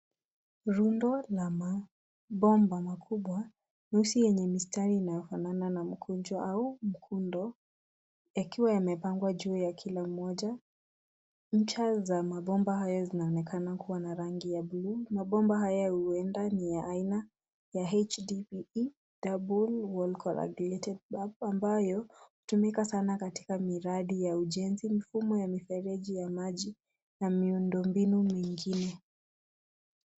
Rundo la mabomba makubwa meusi yenye mistari inayofanana na mkunjo au mkundo yakiwa yamepangwa juu ya kila mmoja. Ncha za mabomba hayo zinaonekana kuwa na rangi ya bluu. Mabomba haya huenda ni ya aina ya HDPE double wall corragulated pipe ambayo hutumika sana katika miradi ya ujenzi, mifumo ya mifereji ya maji na miundo mbinu mengine.